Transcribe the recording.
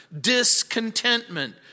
discontentment